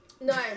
No